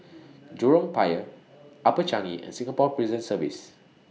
Jurong Pier Upper Changi and Singapore Prison Service